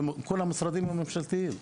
וכל המשרדים הממשלתיים.